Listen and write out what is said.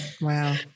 Wow